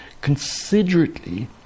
considerately